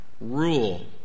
rule